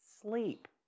sleep